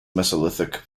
mesolithic